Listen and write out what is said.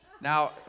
Now